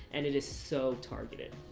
and it is so targeted.